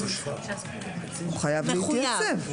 הוא חייב להתייצב.